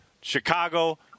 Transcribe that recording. chicago